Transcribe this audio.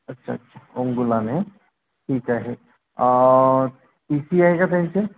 अच्छा अच्छा ओम गुलाने ठीक आहे टी सी आहे का त्यांचे